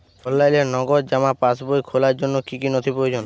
অনলাইনে নগদ জমা পাসবই খোলার জন্য কী কী নথি প্রয়োজন?